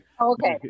Okay